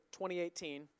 2018